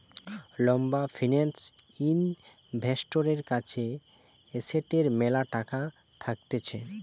লম্বা ফিন্যান্স ইনভেস্টরের কাছে এসেটের ম্যালা টাকা থাকতিছে